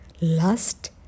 lust